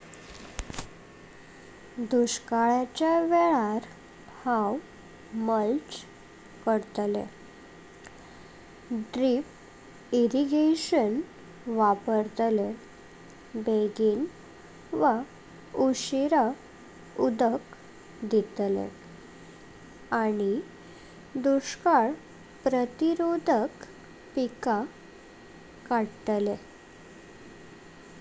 दुश्कालच्या वेळार हांव मुळच करतले, ड्रिप इरिगेशन वापरतले, बेंग वा उशिरा उदक दिले आनी दुश्काल प्रतिरोधक पिका काडतले।